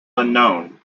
unknown